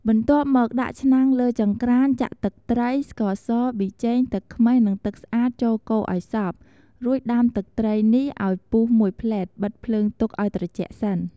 បន្ទាប់មក ដាក់ឆ្នាំងលើចង្ក្រានចាក់ទឹកត្រី ស្ករស ប៊ីចេង ទឹកខ្មេះ និង ទឹកស្អាតចូលកូរឲ្យសព្វ រួចដាំទឹកត្រីនេះឲ្យពុះមួយភ្លែតបិទភ្លើងទុកឲ្យត្រជាក់សិន។